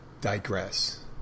digress